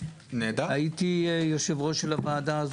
המשרד להגנת הסביבה היה בסדר אבל משרד